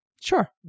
Sure